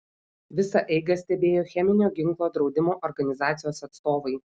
visą eigą stebėjo cheminio ginklo draudimo organizacijos atstovai